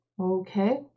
Okay